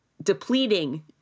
depleting